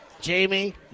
Jamie